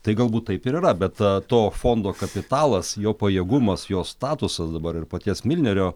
tai galbūt taip ir yra bet to fondo kapitalas jo pajėgumas jo statusas dabar ir paties milnerio